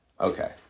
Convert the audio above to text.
Okay